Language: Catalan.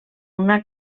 una